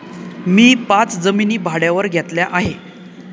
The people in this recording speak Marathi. मी पाच जमिनी भाड्यावर घेतल्या आहे